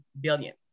billion